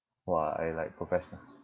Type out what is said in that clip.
!wah! I like professional